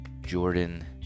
Jordan